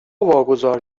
واگذار